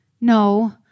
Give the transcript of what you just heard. No